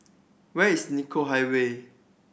where is Nicoll Highway